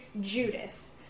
Judas